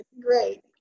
great